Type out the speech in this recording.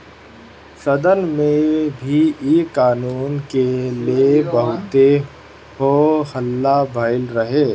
सदन में भी इ कानून के ले बहुते हो हल्ला भईल रहे